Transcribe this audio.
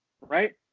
right